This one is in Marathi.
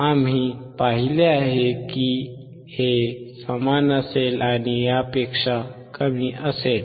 आम्ही पाहिले आहे की हे समान असेल आणि यापेक्षा कमी असेल